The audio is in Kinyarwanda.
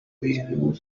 bintu